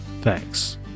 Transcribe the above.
Thanks